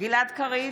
גלעד קריב,